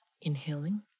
inhaling